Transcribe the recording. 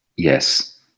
Yes